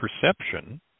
perception